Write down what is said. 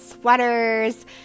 sweaters